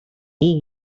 all